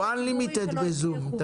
אנחנו לא מוגבלים בזום,